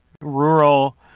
rural